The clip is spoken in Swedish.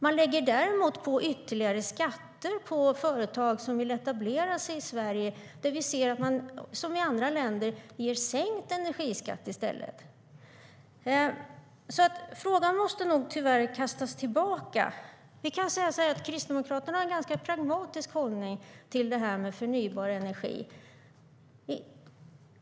Man lägger däremot på ytterligare skatter på företag som vill etablera sig i Sverige. Vi ser att man i andra länder ger sänkt energiskatt i stället. Kristdemokraterna har en ganska pragmatisk hållning till det här med förnybar energi.